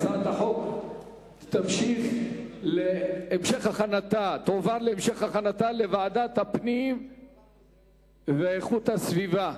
הצעת החוק תועבר להמשך הכנתה לוועדת הפנים ואיכות הסביבה,